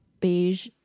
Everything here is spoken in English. beige